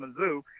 Mizzou